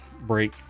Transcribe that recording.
break